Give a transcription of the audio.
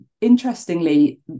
Interestingly